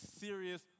serious